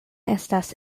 estas